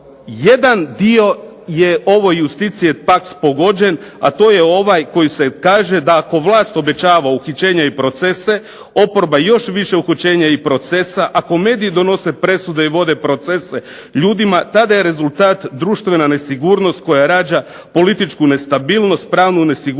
jedan dio je ovo iustitia et pax pogođen, a to je ovaj koji se kaže da ako vlast obećava uhićenja i procese oporba još više uključenja i procesa, ako mediji donose presude i vode procese ljudima tada je rezultat društvena nesigurnost koja rađa političku nestabilnost, pravnu nesigurnost